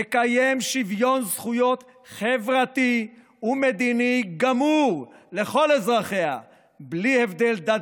תקיים שוויון זכויות חברתי ומדיני גמור לכל אזרחיה בלי הבדל דת,